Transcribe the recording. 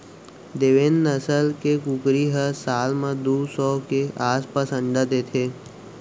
देवेन्द नसल के कुकरी ह साल म दू सौ के आसपास अंडा देथे